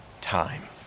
time